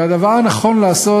והדבר הנכון לעשות,